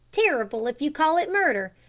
terrible if you call it murder.